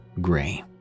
Gray